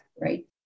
right